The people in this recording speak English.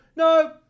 No